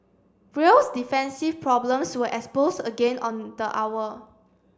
real's defensive problems were exposed again on the hour